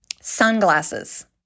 Sunglasses